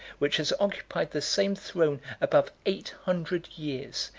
which has occupied the same throne above eight hundred years,